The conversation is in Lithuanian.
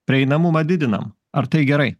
prieinamumą didinam ar tai gerai